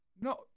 No